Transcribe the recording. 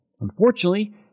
Unfortunately